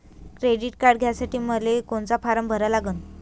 Credit card घ्यासाठी मले कोनचा फारम भरा लागन?